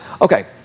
Okay